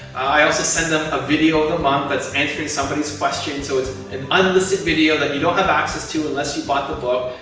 i also send them a video of the month, that's answering somebody's question, so it's an unlisted video, that you don't have access to, unless you bought the book,